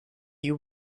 you